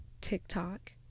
TikTok